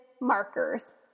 markers